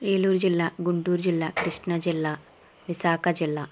ఏలూరు జిల్లా గుంటూరు జిల్లా కృష్ణా జిల్లా విశాఖ జిల్లా